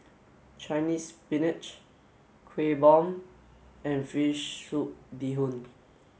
Chinese Spinach Kueh Bom and Fish Soup Bee Hoon